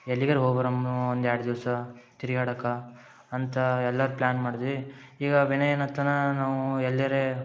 ಎಲ್ಲಿಗರ ಹೋಗಿ ಬರಮ್ನೂ ಒಂದೆರಡು ದಿವಸ ತಿರ್ಗಾಡಕ್ಕೆ ಅಂತ ಎಲ್ಲಾರು ಪ್ಲ್ಯಾನ್ ಮಾಡ್ದ್ವಿ ಈಗ ವಿನಯ ಏನಂತನ ನಾವು ಎಲ್ಲೆರೆ